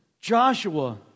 Joshua